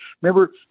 Remember